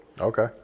Okay